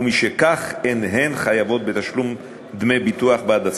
ומשכך אין הן חייבות בתשלום דמי ביטוח בעד עצמן.